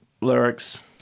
lyrics